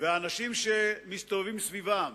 והאנשים שמסתובבים סביבם,